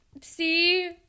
see